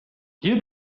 you